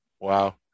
Wow